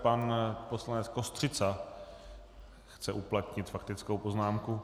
Pan poslanec Kostřica chce uplatnit faktickou poznámku.